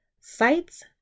Sites